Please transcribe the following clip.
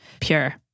pure